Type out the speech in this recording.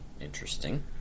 Interesting